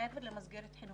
מעבר למסגרת חינוכית,